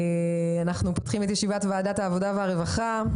אני פותחת את ישיבת ועדת העבודה והרווחה.